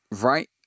Right